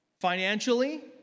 financially